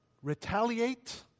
retaliate